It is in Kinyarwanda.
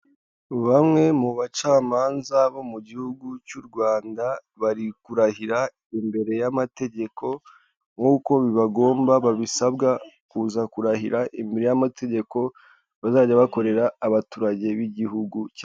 Bamwe mu bacamanza bo mu gihugu cy'u Rwanda, bari kurahira imbere y'amategeko nkuko bibagomba babisabwa, kuza kurahira imbere y'amategeko bazajya bakorera abaturage b'igihugu.